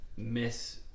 miss